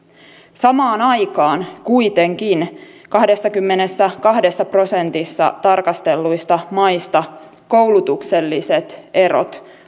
samaan aikaan kuitenkin kahdessakymmenessäkahdessa prosentissa tarkastelluista maista koulutukselliset erot